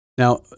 Now